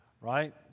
Right